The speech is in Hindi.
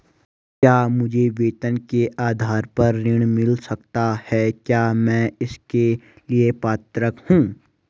क्या मुझे वेतन के आधार पर ऋण मिल सकता है क्या मैं इसके लिए पात्र हूँ?